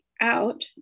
out